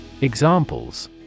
Examples